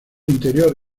interior